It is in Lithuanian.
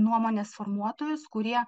nuomonės formuotojus kurie